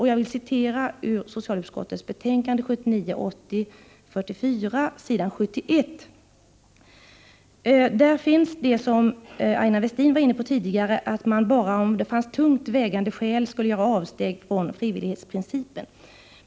Jag vill citera ur socialutskottets betänkande 1979/80:44 s. 71. Där anges det som Aina Westin var inne på tidigare, att man bara om det fanns ”tungt vägande skäl” skulle göra avsteg från frivillighetsprincipen.